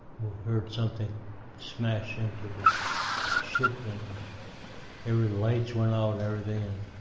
heard something smash into the ship, and every light went out, everything.